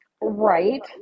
Right